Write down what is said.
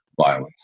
violence